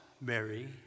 Mary